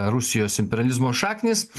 rusijos imperializmo šaknys